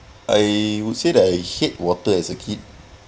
I would say that I hate water as a kid